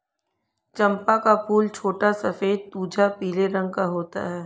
चंपा का फूल छोटा सफेद तुझा पीले रंग का होता है